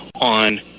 on